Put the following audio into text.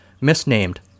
misnamed